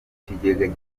kigega